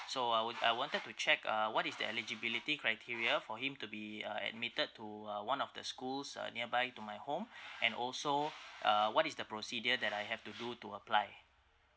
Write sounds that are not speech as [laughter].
so I would I wanted to check uh what is the eligibility criteria for him to be uh admitted to uh one of the schools uh nearby to my home [breath] and also uh what is the procedure that I have to do to apply